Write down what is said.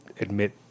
admit